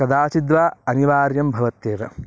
कदाचिद् वा अनिवार्यं भवत्येव